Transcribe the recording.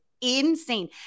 insane